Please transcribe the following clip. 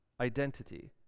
identity